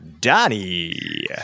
Donnie